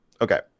okay